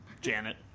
Janet